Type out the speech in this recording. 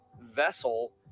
vessel